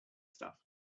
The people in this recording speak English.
stuff